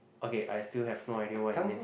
okay I still have no idea what it means